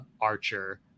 Archer